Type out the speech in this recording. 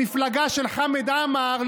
המפלגה של חמד עמאר,